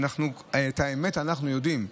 ואת האמת אנחנו יודעים: